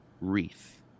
wreath